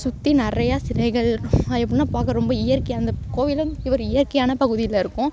சுற்றி நிறையா சிலைகள் அது எப்படின்னா பார்க்க ரொம்ப இயற்கை அந்த கோவில் ஒரு இயற்கையான பகுதியில் இருக்கும்